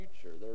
future